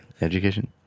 Education